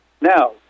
Now